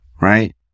right